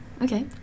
okay